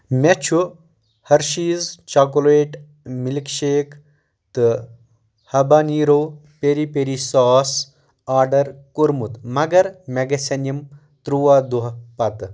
مےٚ چھُ Hershey's chocolate milk shake تہٕ habanero peri peri sauce order کوٚرمُت مگر مےٚ گژھن یِم ترُوا دۄہہ پتہٕ